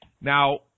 now